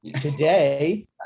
today